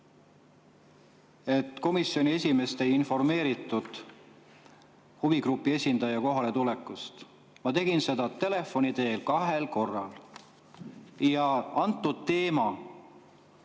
et komisjoni esimeest ei informeeritud huvigrupi esindaja kohaletulekust. Ma tegin seda telefoni teel kahel korral – sel teemal